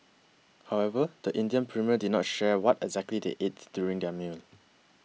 however the Indian Premier did not share what exactly they ate during their meal